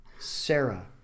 Sarah